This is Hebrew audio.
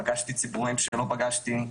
פגשתי ציבורים שלא פגשתי,